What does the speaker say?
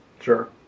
Sure